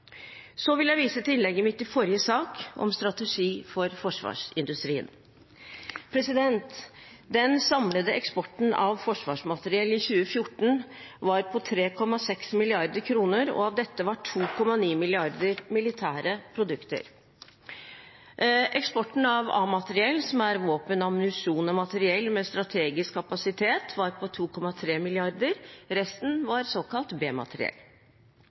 Så vil jeg vise til innlegget mitt i forrige sak, om strategi for forsvarsindustrien. Den samlede eksporten av forsvarsmateriell i 2014 var på 3,6 mrd. kr. Av dette var 2,9 mrd. kr militære produkter. Eksporten av A-materiell, som er våpen, ammunisjon og materiell med strategisk kapasitet, var på 2,3 mrd. kr. Resten var såkalt